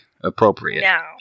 appropriate